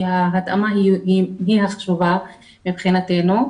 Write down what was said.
כי ההתאמה עם דינה חשובה מבחינתנו.